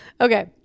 Okay